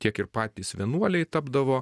tiek ir patys vienuoliai tapdavo